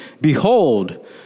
Behold